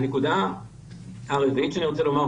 הנקודה הרביעית שאני רוצה לומר,